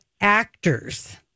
actors